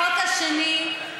החוק השני,